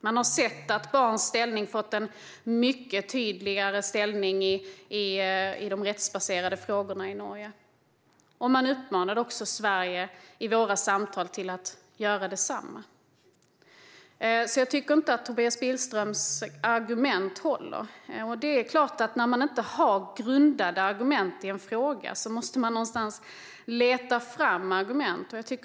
De har sett att barns rätt har fått en mycket tydligare ställning i de rättsbaserade frågorna. I våra samtal uppmanar de också Sverige att göra barnkonventionen till lag. Jag tycker inte att Tobias Billströms argument håller. Det är klart att om man inte har grundade argument i en fråga måste man leta fram dem.